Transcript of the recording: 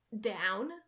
Down